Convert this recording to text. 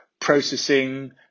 processing